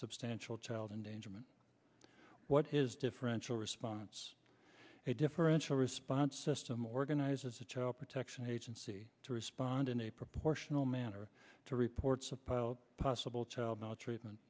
substantial child endangerment what is differential response a differential response system organizes a child protection agency to respond in a proportional manner to reports of pile possible child maltreatment